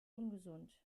ungesund